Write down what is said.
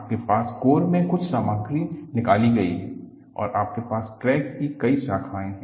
आपके पास कोर से कुछ सामग्री निकाली गई है और आपके पास क्रैक की कई शाखाएं हैं